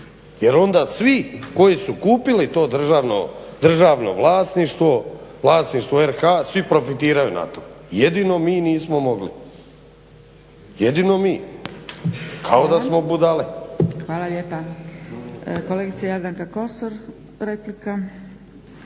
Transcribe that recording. jer onda svi koji su kupili to državno vlasništvo, vlasništvo RH svi profitiraju na tome. Jedino mi nismo mogli, jedino mi, kao da smo budale. **Zgrebec, Dragica (SDP)** Hvala lijepa. Kolegica Jadranka Kosor, replika.